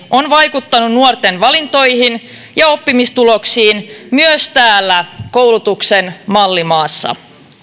on vaikuttanut nuorten valintoihin ja oppimistuloksiin myös täällä koulutuksen mallimaassa